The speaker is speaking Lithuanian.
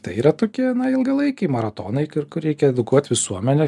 tai yra tokie ilgalaikiai maratonai kur reikia edukuot visuomenę